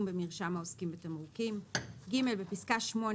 במרשם העוסקים בתמרוקים"; (ג)בפסקה (8),